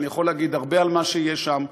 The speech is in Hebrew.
אני יכול להגיד הרבה על מה שיש שם.